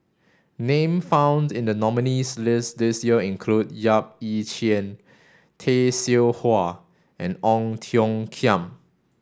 name found in the nominees' list this year include Yap Ee Chian Tay Seow Huah and Ong Tiong Khiam